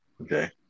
Okay